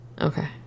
Okay